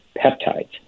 peptides